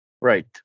Right